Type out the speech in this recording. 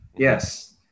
Yes